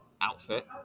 outfit